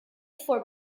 for